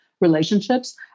relationships